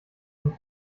von